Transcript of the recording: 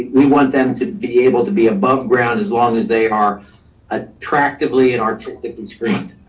we want them to be able to be above ground as long as they are attractively and artistic and screened.